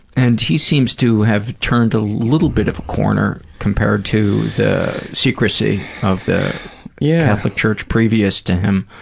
and he seems to have turned a little bit of a corner, compared to the secrecy of the yeah catholic church previous to him.